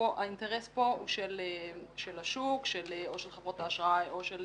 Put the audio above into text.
האינטרס כאן הוא של השוק או של חברות האשראי או של